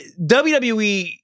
WWE